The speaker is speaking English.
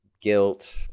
guilt